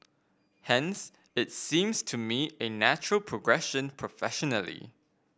hence it seems to me a natural progression professionally